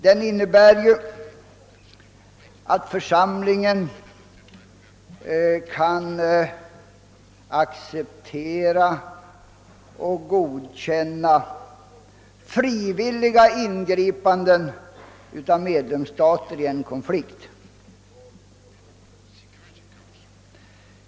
Den innebar att församlingen kan acceptera och godkänna frivilliga ingripanden av medlemsstater i konflikter.